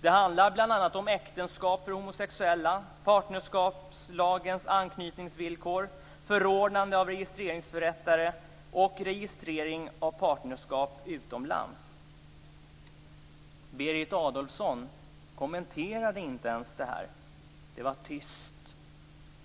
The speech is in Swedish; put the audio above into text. Det handlar bl.a. om äktenskap för homosexuella, partnerskapslagens anknytningsvillkor, förordnande av registreringsförrättare och registrering av partnerskap utomlands. Berit Adolfsson kommenterade inte ens det här. Det var tyst.